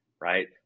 right